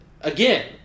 again